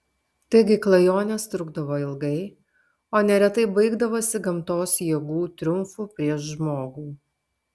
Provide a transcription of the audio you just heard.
taigi klajonės trukdavo ilgai o neretai baigdavosi gamtos jėgų triumfu prieš žmogų